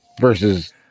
versus